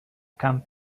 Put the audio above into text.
come